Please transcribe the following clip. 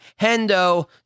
Hendo